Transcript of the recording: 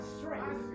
strength